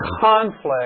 conflict